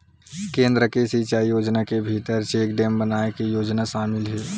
केन्द्र के सिचई योजना के भीतरी चेकडेम बनाए के योजना सामिल हे